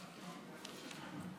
אני רוצה לברך את השרים החדשים.